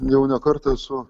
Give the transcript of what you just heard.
jau ne kartą esu